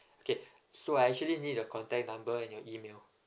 okay so I actually need your contact number and your email